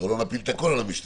אבל לא נפיל את הכול על המשטרה.